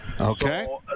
Okay